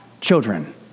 children